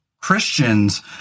Christians